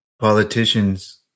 politicians